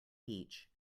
beach